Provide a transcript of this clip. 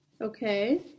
Okay